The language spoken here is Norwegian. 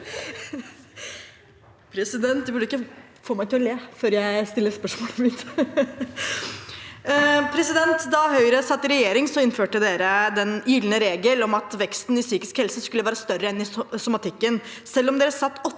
mitt! Da Høyre satt i regjering, innførte de den gylne regel om at veksten i psykisk helse skulle være større enn i somatikken. Selv etter åtte